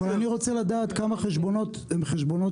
אבל אני רוצה לדעת כמה חשבונות הם חשבונות